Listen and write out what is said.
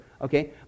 okay